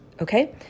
Okay